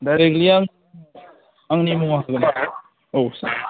directly आं आंनि मुं होगोन आरो औ सार